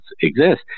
exist